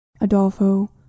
Adolfo